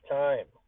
time